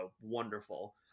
wonderful